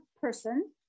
person